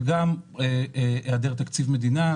זה גם בגלל היעדר תקציב מדינה,